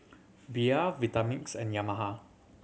Bia Vitamix and Yamaha